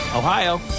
Ohio